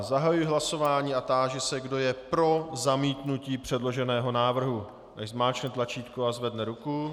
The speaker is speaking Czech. Zahajuji hlasování a táži se, kdo je pro zamítnutí předloženého návrhu, ať zmáčkne tlačítko a zvedne ruku.